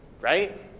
right